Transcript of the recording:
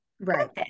Right